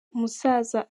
umusaza